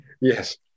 Yes